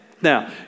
Now